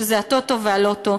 שזה הטוטו והלוטו.